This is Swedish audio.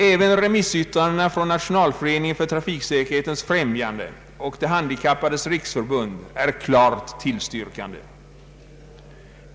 även remissyttrandena från Nationalföreningen för trafiksäkerhetens främjande och De handikappades riksförbund är klart tillstyrkande.